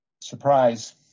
Surprise